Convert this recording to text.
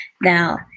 now